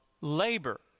labor